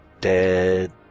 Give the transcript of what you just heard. Dead